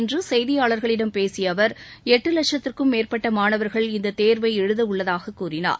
இன்று செய்தியாளர்களிடம் பேசிய அவர் எட்டு லட்சத்திற்கும் மேற்பட்ட மாணவர்கள் இந்த தேர்வு எழுத உள்ளதாகக் கூறினார்